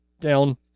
down